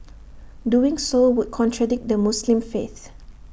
doing so would contradict the Muslim faith